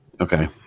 Okay